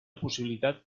possibilitat